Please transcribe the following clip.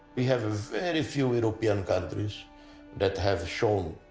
we have very few european countries that have shown,